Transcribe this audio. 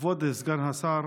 כבוד סגן השר,